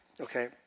okay